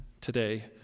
today